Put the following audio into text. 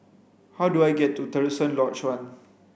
how do I get to Terusan Lodge One